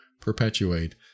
perpetuate